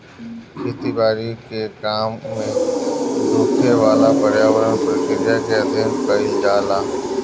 खेती बारी के काम में होखेवाला पर्यावरण प्रक्रिया के अध्ययन कईल जाला